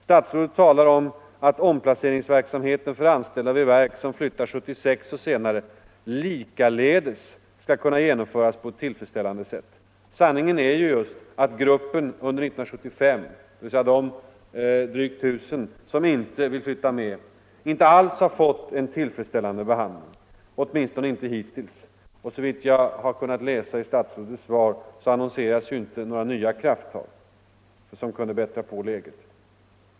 Statsrådet talar om att omplaceringsverksamheten för anställda vid verk som flyttar 1976 och senare ”likaledes” skall kunna genomföras på ett tillfredsställande sätt. Sanningen är ju just att gruppen under 1975, dvs. de drygt 1000 personer som inte vill flytta ut, inte har fått en tillfredsställande behandling, åtminstone inte hittills. Och såvitt jag har kunnat läsa i statsrådets svar, annonseras inte några nya krafttag som kunde förbättra läget.